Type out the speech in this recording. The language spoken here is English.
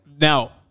Now